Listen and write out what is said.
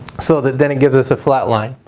so that then it gives us a flat line.